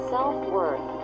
Self-worth